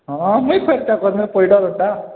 ହଁ ମୁଇଁ ଖର୍ଚ୍ଚା କରିମି ପଇଡ଼ର୍ଟା